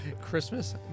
Christmas